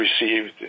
received